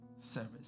service